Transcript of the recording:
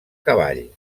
cavall